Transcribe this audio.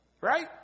Right